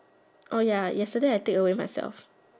oh ya yesterday I take away myself